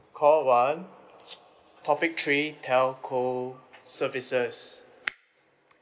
call one topic three telco services